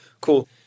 cool